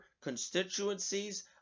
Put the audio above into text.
constituencies